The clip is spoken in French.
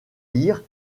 lire